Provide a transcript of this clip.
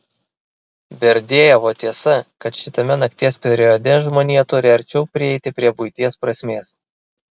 berdiajevo tiesa kad šitame nakties periode žmonija turi arčiau prieiti prie buities prasmės